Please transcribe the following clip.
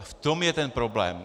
V tom je ten problém.